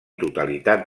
totalitat